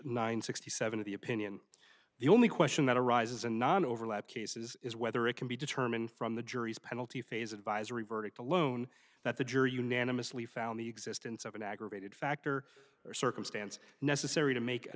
nine sixty seven dollars of the opinion the only question that arises and not overlap cases is whether it can be determined from the jury's penalty phase advisory verdict alone that the jury unanimously found the existence of an aggravated factor or circumstance necessary to make a